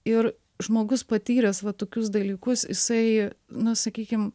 ir žmogus patyręs va tokius dalykus jisai nu sakykim